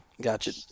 Gotcha